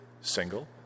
single